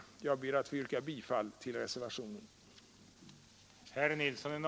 Jag ber att få yrka bifall till reservationen.